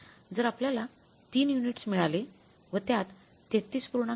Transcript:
जर आपल्याला ३ युनिट्स मिळाले व त्यात 33